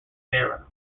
serra